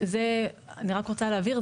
אני רק רוצה להבהיר,